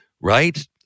Right